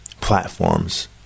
platforms